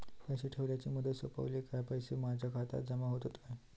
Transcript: पैसे ठेवल्याची मुदत सोपली काय पैसे माझ्या खात्यात जमा होतात काय?